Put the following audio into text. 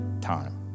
time